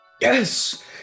Yes